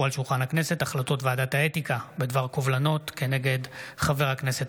החלטות ועדת האתיקה בדבר קובלנות כנגד חבר הכנסת